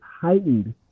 heightened